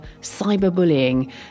cyberbullying